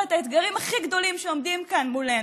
את האתגרים הכי גדולים שעומדים כאן מולנו,